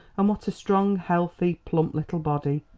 and what a strong, healthy, plump little body.